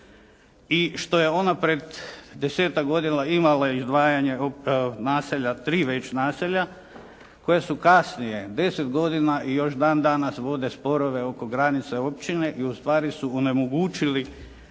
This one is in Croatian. i što je ona pred desetak godina imala izdvajanje naselja, tri već naselja koja su kasnije deset godina i još dan danas vode sporove oko granica općine i ustvari su onemogućili,